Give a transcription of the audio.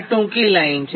આ ટૂંકી લાઇન છે